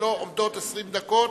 שלו עומדות 20 דקות,